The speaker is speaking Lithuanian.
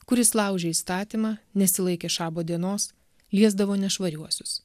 kuris laužė įstatymą nesilaikė šabo dienos liesdavo nešvariuosius